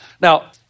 Now